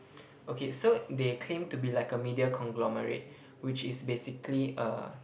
okay so they claim to be like a media conglomerate which is basically a